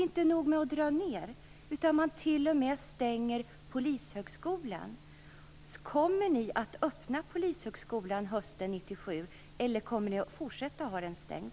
Inte nog med det, utan man t.o.m. stänger Polishögskolan. Kommer Polishögskolan att öppnas hösten 1997, eller kommer den att fortsätta att hållas stängd?